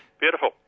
Beautiful